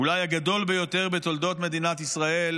אולי הגדול ביותר בתולדות מדינת ישראל,